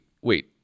wait